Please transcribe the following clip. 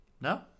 No